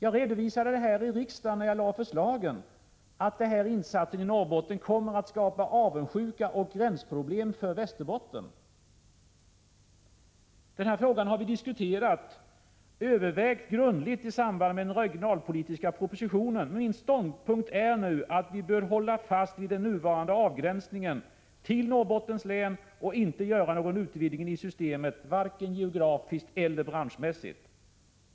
Jag redovisade i riksdagen när jag lade fram förslaget att insatsen i Norrbotten kommer att skapa avundsjuka och gränsproblem i Västerbotten. Denna fråga har vi diskuterat och övervägt grundligt i samband med den regionalpolitiska propositionen. Min ståndpunkt är nu att vi bör hålla fast vid den nuvarande avgränsningen till Norrbottens län och inte göra någon utvidgning i systemet vare sig geografiskt eller branschmässigt.